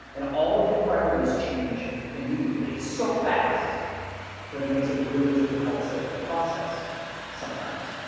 and all of your priorities change immediately. so fast that it makes it really difficult to process sometimes.